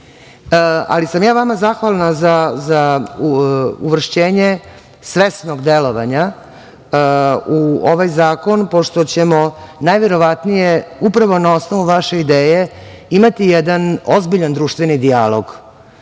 ja sam vama zahvalna za uvršćenje svesnog delovanja u ovaj zakon, pošto ćemo najverovatnije upravo na osnovu vaše ideje imati jedan ozbiljan društveni dijalog